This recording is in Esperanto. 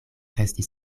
resti